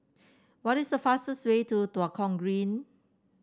what is the fastest way to Tua Kong Green